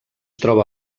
troba